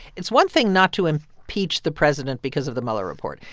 it's one thing not to impeach the president because of the mueller report.